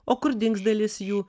o kur dings dalis jų